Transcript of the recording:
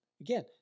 Again